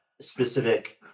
specific